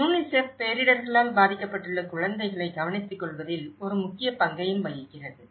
UNICEF பேரிடர்களால் பாதிக்கப்பட்டுள்ள குழந்தைகளை கவனித்துக்கொள்வதில் ஒரு முக்கிய பங்கையும் வகிக்கிறது